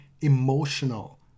emotional